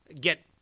get